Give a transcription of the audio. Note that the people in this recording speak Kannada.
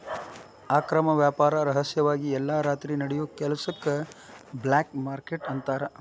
ಅಕ್ರಮ ವ್ಯಾಪಾರ ರಹಸ್ಯವಾಗಿ ಎಲ್ಲಾ ರಾತ್ರಿ ನಡಿಯೋ ಕೆಲಸಕ್ಕ ಬ್ಲ್ಯಾಕ್ ಮಾರ್ಕೇಟ್ ಅಂತಾರ